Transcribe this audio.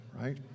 right